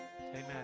amen